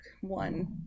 one